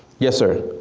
yes sir?